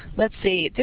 let's see. this